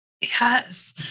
Yes